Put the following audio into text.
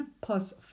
plus